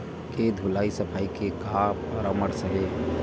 के धुलाई सफाई के का परामर्श हे?